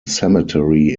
cemetery